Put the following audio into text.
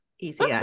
easy